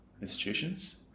institutions